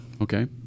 Okay